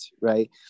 right